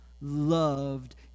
loved